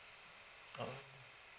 oh